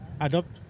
adopt